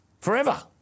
forever